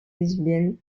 lesbiennes